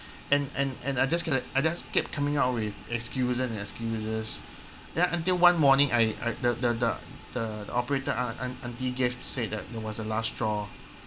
and and and I just I just kept coming up with excuses and excuses then until one morning I I the the the the operator aun~ aun~ auntie gave said that that was the last straw